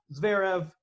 Zverev